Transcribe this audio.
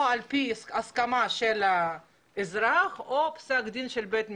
או על פי הסכמה של האזרח או פסק דין של בית משפט.